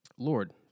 Lord